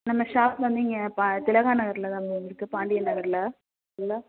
நம்ம ஷாப் வந்து இங்கே ப திலகா நகரில் தான் மேம் இருக்குது பாண்டியன் நகரில் இல்லை